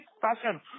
fashion